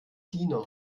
diener